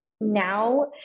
now